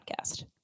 podcast